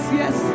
yes